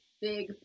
big